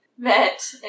met